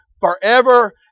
forever